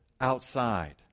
outside